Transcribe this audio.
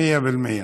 מיאה בל-מיאה.